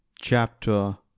Chapter